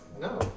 No